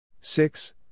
Six